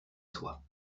soie